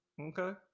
okay